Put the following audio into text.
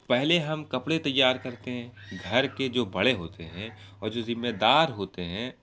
پہلے ہم کپڑے تیار کرتے ہیں گھر کے جو بڑے ہوتے ہیں اور جو ذمے دار ہوتے ہیں